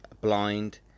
blind